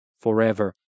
forever